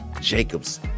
Jacob's